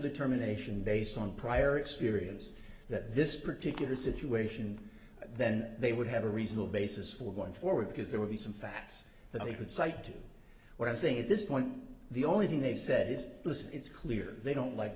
determination based on prior experience that this particular situation then they would have a reasonable basis for going forward because there would be some facts that they could cite to what i'm saying at this point the only thing they said is listen it's clear they don't like